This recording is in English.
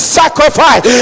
sacrifice